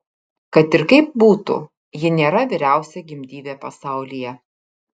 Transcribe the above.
kad ir kaip būtų ji nėra vyriausia gimdyvė pasaulyje